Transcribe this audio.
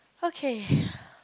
okay